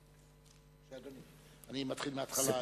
אדוני, אני מתחיל מהתחלה.